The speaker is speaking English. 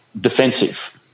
defensive